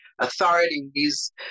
authorities